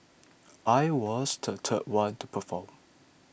I was the third one to perform